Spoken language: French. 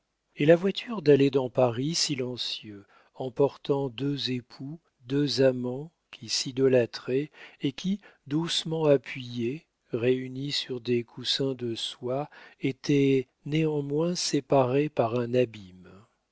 et la voiture d'aller dans paris silencieux emportant deux époux deux amants qui s'idolâtraient et qui doucement appuyés réunis sur des coussins de soie étaient néanmoins séparés par un abîme